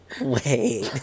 wait